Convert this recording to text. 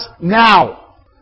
now